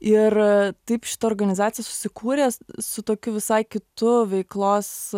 ir taip šita organizacija susikūrė su tokiu visai kitu veiklos